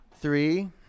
three